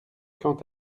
quand